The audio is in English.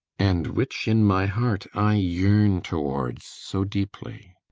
and which, in my heart, i yearn towards so deeply.